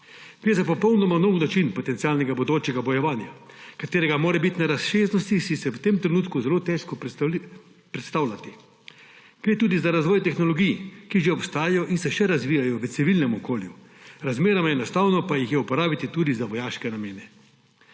Gre za popolnoma nov način potencialnega bodočega bojevanja, katerega morebitne razsežnosti si je v tem trenutku zelo težko predstavljati. Gre tudi za razvoj tehnologij, ki že obstajajo in se še razvijajo v civilnem okolju, razmeroma enostavno pa jih je uporabiti tudi za vojaške namene.